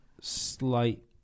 slight